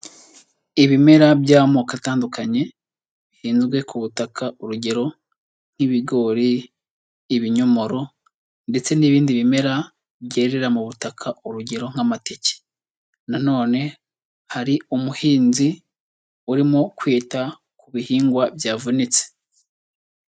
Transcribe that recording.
Ibimera by'amoko atandukanye bihinzwe ku butaka urugero, nk'ibigori, ibinyomoro ndetse n'ibindi bimera byerera mu butaka urugero, nk'amateke na none hari umuhinzi urimo kwita ku bihingwa byavunitse.